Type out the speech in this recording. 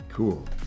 Cool